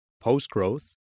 post-growth